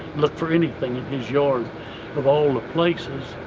look for anything in his yard of all the places.